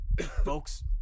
folks